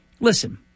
Listen